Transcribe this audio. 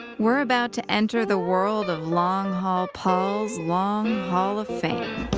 we're about to enter the world of long haul paul's long haul of fame.